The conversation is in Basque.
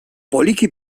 poliki